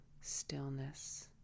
stillness